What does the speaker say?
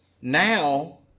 now